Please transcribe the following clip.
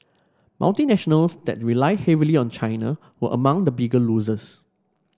multinationals that rely heavily on China were among the bigger losers